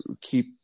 keep